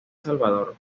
salvador